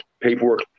paperwork